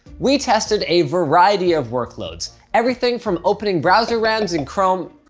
we tested a variety of workloads. everything from opening browser rams in chrome,